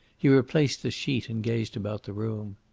he replaced the sheet and gazed about the room.